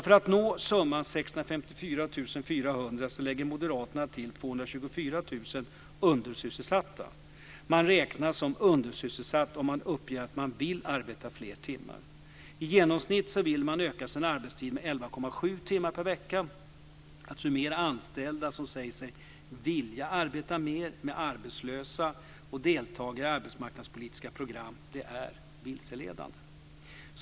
För att nå summan 654 400 lägger moderaterna till 224 000 undersysselsatta. Man räknas som undersysselsatt om man uppger att man vill arbeta fler timmar. I genomsnitt vill man öka sin arbetstid med 11,7 timmar per vecka. Att summera anställda som säger sig vilja arbeta mer med arbetslösa och deltagare i arbetsmarknadspolitiska program är vilseledande.